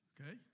Okay